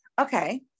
okay